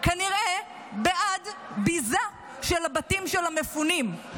כנראה בעד ביזה של הבתים של המפונים,